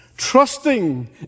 trusting